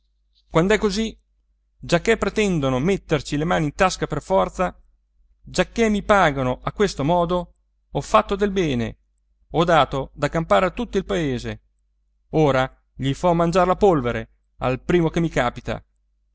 quand'è così giacché pretendono metterci le mani in tasca per forza giacchè mi pagano a questo modo ho fatto del bene ho dato da campare a tutto il paese ora gli fo mangiar la polvere al primo che mi capita